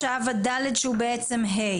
עכשיו, (ד) שהוא בעצם (ה).